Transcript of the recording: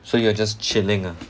so you will just chilling ah